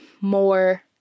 more